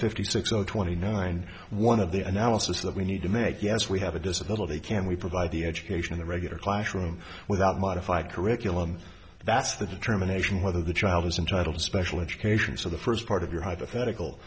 fifty six zero twenty nine one of the analysis that we need to make yes we have a disability can we provide the education in the regular classroom without modify curriculum that's the determination of whether the child is entitled to special education so the first part of your hypothetical